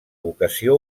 vocació